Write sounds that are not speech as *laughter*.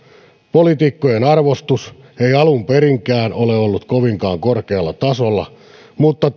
poliitikkojen arvostus ei alun perinkään ole ollut kovinkaan korkealla tasolla mutta *unintelligible*